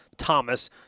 Thomas